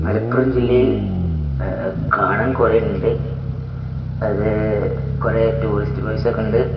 മലപ്പുറം ജില്ലയിൽ കാണാൻ കുറേയുണ്ട് അത് കുറേ ടൂറിസ്റ്റ് പ്ലയ്സൊക്കെയുണ്ട്